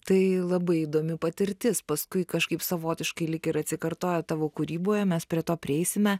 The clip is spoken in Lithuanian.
tai labai įdomi patirtis paskui kažkaip savotiškai lyg ir atsikartoja tavo kūryboje mes prie to prieisime